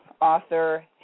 author